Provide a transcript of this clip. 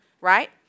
Right